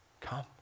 come